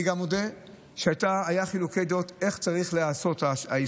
אני גם מודה שהיו חילוקי דעות על איך צריך להיעשות האיסוף,